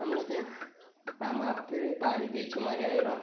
நம்மளுக்கு நாம அப்போவே பாதி ஜெயிச்ச மாதிரி ஆயிரும்